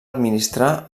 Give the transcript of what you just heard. administrar